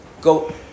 go